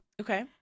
Okay